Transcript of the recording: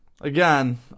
again